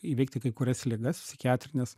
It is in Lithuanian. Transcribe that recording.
įveikti kai kurias ligas psichiatrines